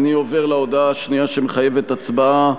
תודה רבה, אני עובר להודעה השנייה שמחייבת הצבעה.